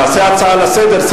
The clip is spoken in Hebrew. נעשה הצעה לסדר-היום,